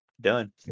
Done